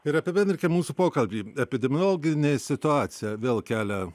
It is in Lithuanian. ir apibendrinkim mūsų pokalbį epidemiologinė situacija vėl kelia